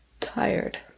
tired